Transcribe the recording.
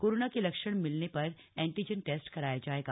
corona के लक्षण मिलने पर एंटीजन टेस्ट कराया जाएगा